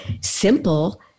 simple